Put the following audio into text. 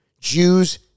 Jews